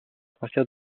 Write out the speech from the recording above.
partir